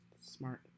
Smart